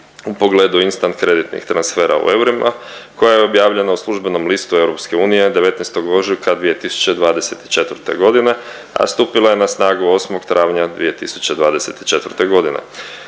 u pogledu instant kreditnih transfera u eurima koja je objavljena u Službenom listu EU 19. ožujka 2024. godine, a stupila je na snagu 08. travnja 2024. godine.